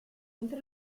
entre